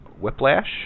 Whiplash